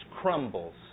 crumbles